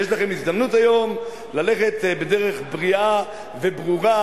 יש לכם הזדמנות היום ללכת בדרך בריאה וברורה,